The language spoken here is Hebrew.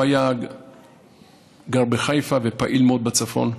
הוא גר בחיפה והיה פעיל מאוד בצפון,